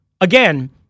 again